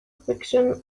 friction